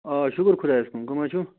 آ شُکُر خۄدایَس کُن کٕم حظ چھُو